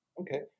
Okay